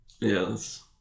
yes